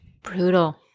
Brutal